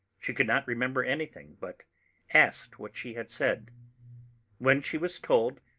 she could not remember anything, but asked what she had said when she was told,